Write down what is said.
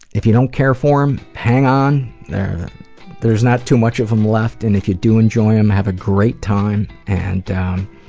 if you don't care for em, hang on. there's there's not too much of em left, and if you do enjoy em, have a great time. and